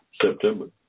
September